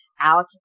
out